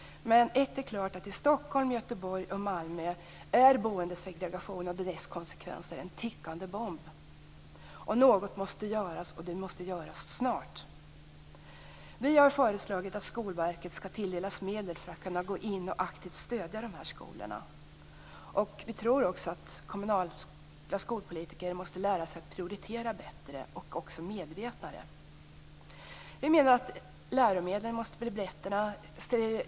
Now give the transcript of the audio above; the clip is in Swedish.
Men det står klart att boendesegregationen och dess konsekvenser i Stockholm, Göteborg och Malmö är en tickande bomb. Något måste göras, och det måste göras snart! Vi har föreslagit att Skolverket skall tilldelas medel för att kunna gå in och aktivt stödja dessa skolor. Vi tror också att kommunpolitikerna måste lära sig att prioritera bättre och mer medvetet. Läromedlen måste bli bättre.